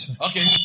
Okay